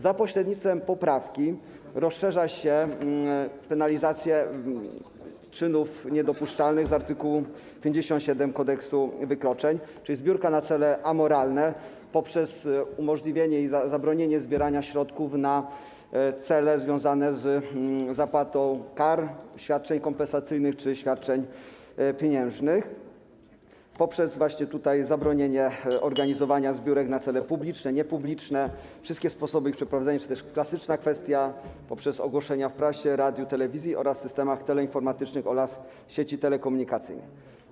Za pośrednictwem poprawki rozszerza się penalizację czynów niedopuszczalnych z art. 57 Kodeksu wykroczeń, czyli chodzi o zbiórkę na cele amoralne, poprzez uniemożliwienie i zabronienie zbierania środków na cele związane z zapłatą kar, świadczeń kompensacyjnych czy świadczeń pieniężnych, czyli poprzez właśnie zabronienie organizowania zbiórek na cele publiczne, niepubliczne, chodzi o wszystkie sposoby ich przeprowadzenia czy też chodzi o klasyczną kwestię, a więc poprzez ogłoszenia w prasie, radiu, telewizji oraz systemach teleinformatycznych i sieci telekomunikacyjnej.